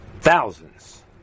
Thousands